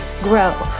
Grow